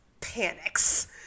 panics